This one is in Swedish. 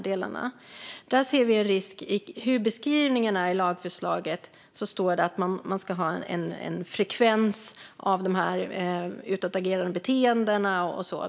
Enligt beskrivningen i lagförslaget ska man ha en frekvens i sitt utåtagerande beteende.